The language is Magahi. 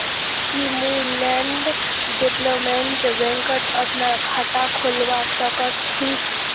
की मुई लैंड डेवलपमेंट बैंकत अपनार खाता खोलवा स ख छी?